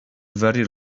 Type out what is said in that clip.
very